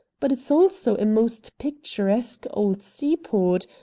but it's also a most picturesque old seaport,